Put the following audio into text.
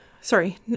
sorry